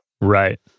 Right